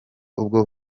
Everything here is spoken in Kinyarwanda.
ubwo